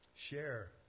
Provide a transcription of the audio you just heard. share